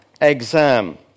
exam